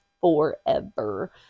forever